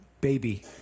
baby